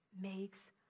Makes